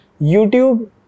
YouTube